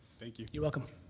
thank you. you're welcome.